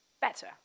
better